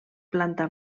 planta